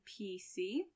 PC